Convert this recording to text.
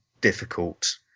difficult